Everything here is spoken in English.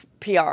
PR